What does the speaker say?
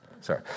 Sorry